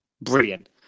brilliant